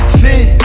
fit